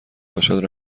باشد